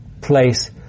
place